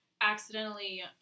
accidentally